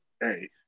hey